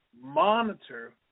monitor